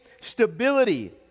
stability